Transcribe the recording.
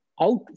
Out